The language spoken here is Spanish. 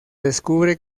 descubre